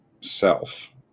self